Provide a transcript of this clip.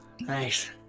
Nice